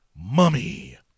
Mummy